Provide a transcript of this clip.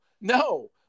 no